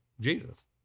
Jesus